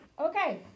Okay